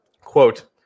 quote